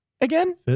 again